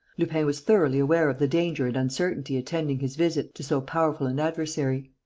lupin was thoroughly aware of the danger and uncertainty attending his visit to so powerful an adversary.